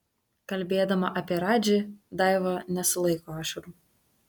kalbėdama apie radži daiva nesulaiko ašarų